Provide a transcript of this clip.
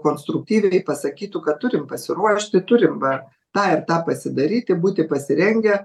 konstruktyviai pasakytų kad turim pasiruošti turim va tą ir tą pasidaryti būti pasirengę